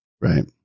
Right